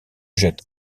jette